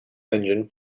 engine